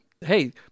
Hey